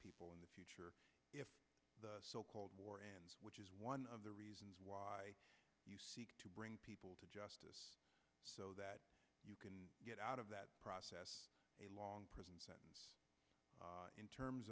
people in the future if the so called war and which is one of the reasons why you seek to bring people to justice so that you can get out of that process a long prison sentence in terms